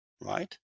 right